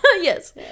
Yes